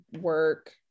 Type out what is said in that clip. work